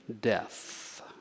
death